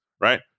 right